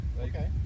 Okay